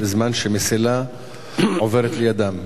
בזמן שמסילה עוברת לידם,